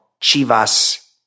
Chivas